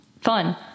fun